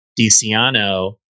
DiCiano